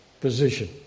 position